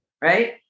Right